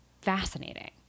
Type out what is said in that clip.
fascinating